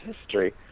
history